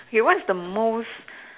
K what is the most